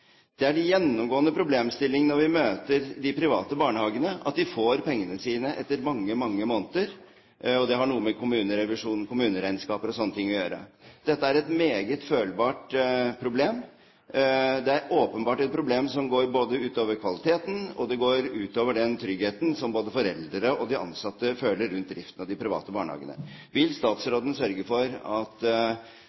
gjennomgående problemstillingen vi møter hos de private barnehagene, er at de får pengene sine etter mange, mange måneder. Det har noe med kommunerevisjonen og kommuneregnskapet og sånne ting å gjøre. Dette er et meget følbart problem. Det er åpenbart et problem som går ut over kvaliteten, og det går ut over den tryggheten som både foreldre og de ansatte føler rundt driften av de private barnehagene. Vil